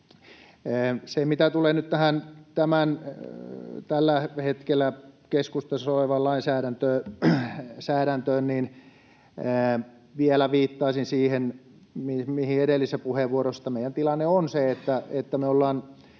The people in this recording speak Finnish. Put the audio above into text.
Mitä tulee nyt tähän tällä hetkellä keskustelussa olevaan lainsäädäntöön, niin vielä viittaisin siihen, mihin edellisessä puheenvuorossa, että meidän tilanne on se, että